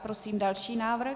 Prosím další návrh.